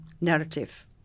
narrative